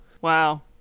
Wow